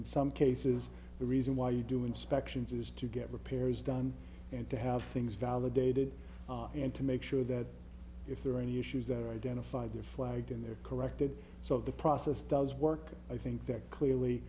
in some cases the reason why you do inspections is to get repairs done and to have things validated and to make sure that if there are any issues that are identified their flag in their corrected so the process does work i think that clearly